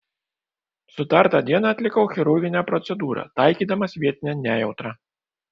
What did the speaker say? sutartą dieną atlikau chirurginę procedūrą taikydamas vietinę nejautrą